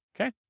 Okay